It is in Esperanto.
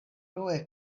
frue